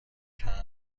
کمپ